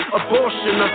abortion